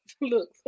Look